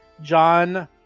John